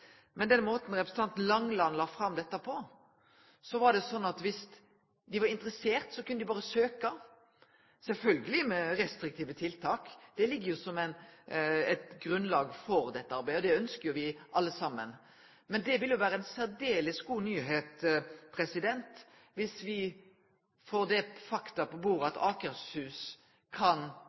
Men slik representanten Langeland la fram dette, var det slik at om dei var interesserte, kunne dei berre søkje – sjølvsagt med restriktive tiltak, det ligg som eit grunnlag for dette arbeidet, og det ønskjer vi alle saman. Det ville vore ei særdeles god nyheit om me får det faktum på bordet at Akershus allereie i morgon kan